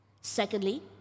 Secondly